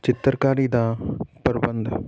ਚਿੱਤਰਕਾਰੀ ਦਾ ਪ੍ਰਬੰਧ